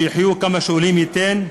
שיחיו כמה שאלוהים ייתן.